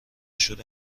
شور